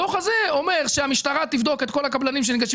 הדוח הזה אומר שהמשטרה תבדוק את כל הקבלנים שניגשים